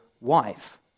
wife